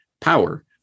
power